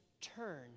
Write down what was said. turn